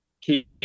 keep